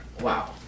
Wow